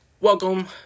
welcome